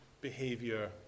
behavior